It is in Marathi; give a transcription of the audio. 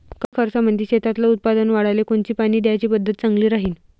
कमी खर्चामंदी शेतातलं उत्पादन वाढाले कोनची पानी द्याची पद्धत चांगली राहीन?